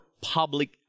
public